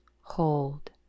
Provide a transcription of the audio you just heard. hold